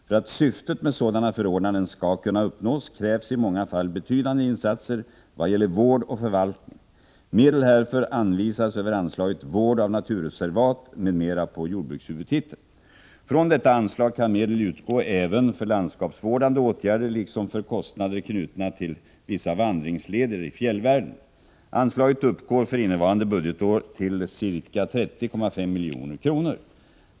För att syftet med sådana förordnanden skall kunna uppnås krävs i många fall betydande insatser vad gäller vård och förvaltning. Medel härför anvisas över anslaget Vård av naturreservat m.m. på jordbrukshuvudtiteln. Från detta anslag kan medel utgå även för landskapsvårdande åtgärder, liksom för kostnader knutna till vissa vandringsleder i fjällvärlden. Anslaget uppgår för innevarande budgetår till ca 30,5 milj.kr.